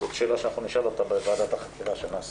זו שאלה שאנחנו נשאל אותה בוועדת החקירה שאנחנו נעשה.